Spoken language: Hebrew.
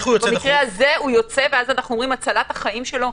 במקרה הזה הוא יוצא כי אנחנו אומרים שיותר חשוב הצלת החיים שלו.